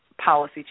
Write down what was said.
policy